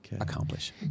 accomplish